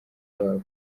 babo